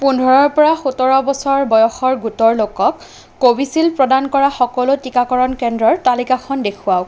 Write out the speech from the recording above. পোন্ধৰৰ পৰা সোতৰ বছৰ বয়সৰ গোটৰ লোকক কোভিচিল্ড প্ৰদান কৰা সকলো টিকাকৰণ কেন্দ্ৰৰ তালিকাখন দেখুৱাওক